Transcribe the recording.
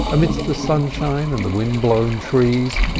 amidst the sunshine and the wind-blown trees,